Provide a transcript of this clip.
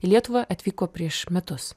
į lietuvą atvyko prieš metus